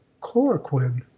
chloroquine